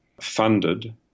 funded